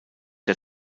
der